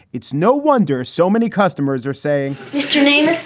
it's no wonder so many customers are saying your name,